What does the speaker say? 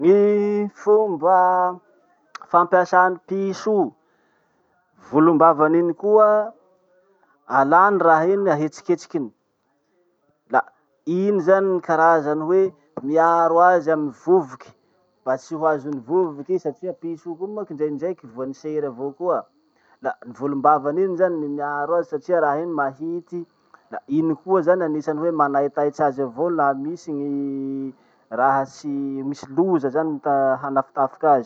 Ny fomba fampiasàn'ny piso io volombavany iny koa: alany raha iny ahetsiketsikiny, la iny zany ny karazany hoe miaro azo amy vovoky, mba tsy hoazon'ny vovoky i satria piso io koa moa kindraindraiky voan'ny sery avao koa. La volombavany iny zany ny miaro satria raha iny mahity, la iny koa zany anisany hoe manaitaitry azy avao laha misy gny raha tsy- misy loza zany ta- hanafitafiky azy.